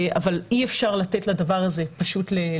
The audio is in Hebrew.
אבל אי אפשר לתת לדבר הזה להיעלם.